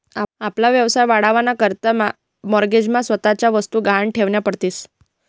आपला व्यवसाय वाढावा ना करता माॅरगेज मा स्वतःन्या वस्तु गहाण ठेवन्या पडतीस